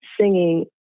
singing